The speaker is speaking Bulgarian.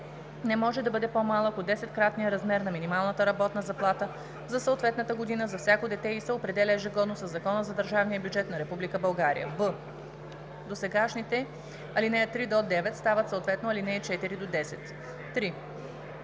не може да бъде по-малък от 10-кратния размер на минималната работна заплата за съответната година за всяко дете и се определя ежегодно със Закона за държавния бюджет на Република България.“; б) досегашните ал. 3 – 9 стават съответно ал. 4 – 10. 3.